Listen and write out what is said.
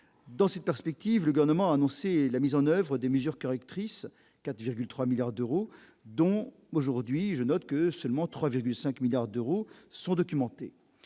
dans cette perspective, le garnement annoncé la mise en oeuvre des mesures correctrices 4,3 milliards d'euros, dont aujourd'hui je note que seulement 3,5 milliards d'euros sont documentés